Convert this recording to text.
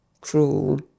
cruel